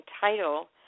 title